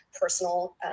personal